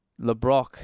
LeBrock